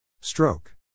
Stroke